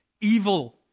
Evil